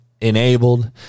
enabled